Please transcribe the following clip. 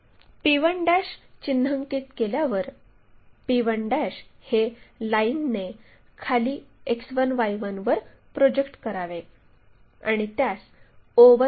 p1 चिन्हांकित केल्यावर p1 हे लाईनने खाली X1Y1 वर प्रोजेक्ट करावे आणि त्यास o1 असे म्हणू